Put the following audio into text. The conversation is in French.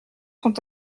sont